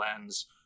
lens